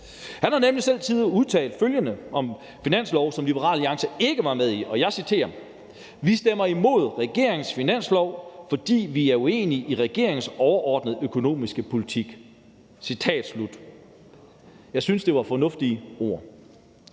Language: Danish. Han har nemlig selv tidligere udtalt følgende om de finanslove, som Liberal Alliance ikke var med i, og jeg citerer: Vi stemmer imod regeringens finanslov, fordi vi er uenige i regeringens overordnede økonomiske politik, citat slut. Jeg synes, det var fornuftige ord.